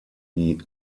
die